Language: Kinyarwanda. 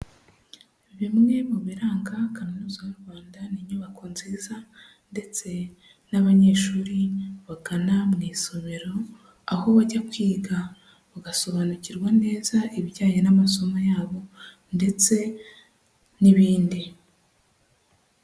Bimwe mu biranga Kaminuza y'u Rwanda ni inyubako nziza ndetse n'abanyeshuri bagana mu isomero aho bajya kwiga bagasobanukirwa neza ibijyanye n'amasomo yabo ndetse n'ibindi.